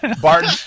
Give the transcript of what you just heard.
Barton